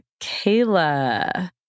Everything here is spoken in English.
Kayla